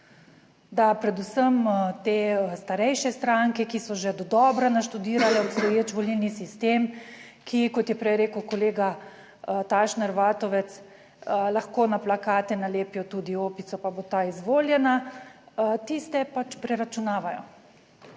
predvsem te starejše stranke, ki so že dodobra naštudirale obstoječ volilni sistem, ki, kot je prej rekel kolega Tašner Vatovec, lahko na plakate nalepijo tudi opico, pa bo ta izvoljena. Tiste pač preračunavajo